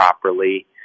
properly